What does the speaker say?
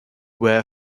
wear